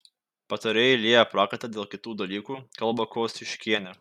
patarėjai lieja prakaitą dėl kitų dalykų kalba kosciuškienė